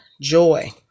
Joy